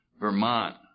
Vermont